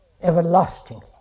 everlastingly